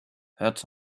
hurts